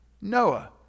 Noah